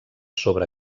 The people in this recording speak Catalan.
sobre